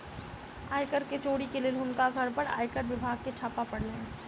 आय कर के चोरी के लेल हुनकर घर पर आयकर विभाग के छापा पड़लैन